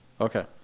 Okay